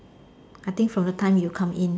I think from the time you come in